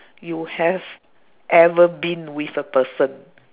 you have ever been with a person